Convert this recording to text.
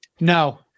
No